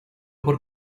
por